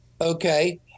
Okay